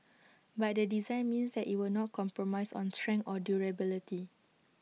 but the design means that IT will not compromise on strength or durability